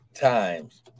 times